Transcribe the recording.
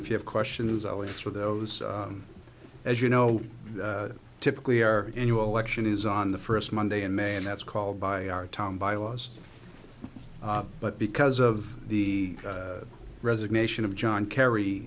if you have questions always for those as you know typically our annual election is on the first monday in may and that's called by our town bylaws but because of the resignation of john kerry